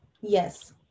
yes